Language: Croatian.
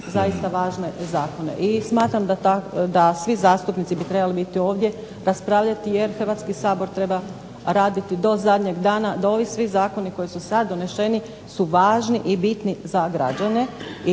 zaista važne zakone. I smatram da svi zastupnici bi trebali biti ovdje raspravljati jer Hrvatski sabor treba raditi do zadnjeg dana, da ovi svi zakoni koji su sad doneseni su važni i bitni za građane